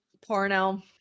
porno